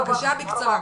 הדיבור.